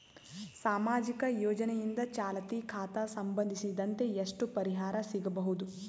ಸಾಮಾಜಿಕ ಯೋಜನೆಯಿಂದ ಚಾಲತಿ ಖಾತಾ ಸಂಬಂಧಿಸಿದಂತೆ ಎಷ್ಟು ಪರಿಹಾರ ಸಿಗಬಹುದು?